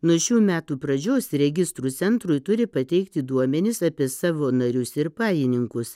nuo šių metų pradžios registrų centrui turi pateikti duomenis apie savo narius ir pajininkus